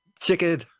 chicken